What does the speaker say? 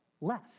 less